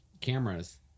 cameras